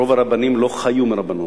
רוב הרבנים לא חיו מהרבנות,